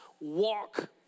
walk